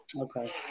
Okay